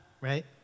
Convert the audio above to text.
right